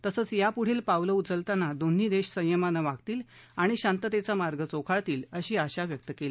तसंच यापुढील पावलं उचलताना दोन्ही देश संयमानं वागतील आणि शांततेचा मार्ग चोखाळतील अशी आशाही व्यक्त केली